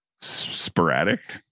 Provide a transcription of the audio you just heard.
sporadic